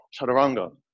chaturanga